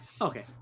okay